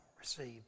received